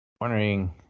wondering